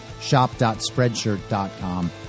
Shop.Spreadshirt.com